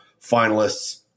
finalists